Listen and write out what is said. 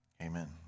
Amen